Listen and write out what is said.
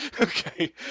Okay